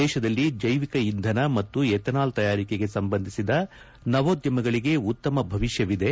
ದೇಶದಲ್ಲಿ ಜೈವಿಕ ಇಂಧನ ಮತ್ತು ಎಥೆನಾಲ್ ತಯಾರಿಕೆಗೆ ಸಂಬಂಧಿಸಿದ ನವೋದ್ಯಮಗಳಿಗೆ ಉತ್ತಮ ಭವಿಷ್ಯವಿದೆ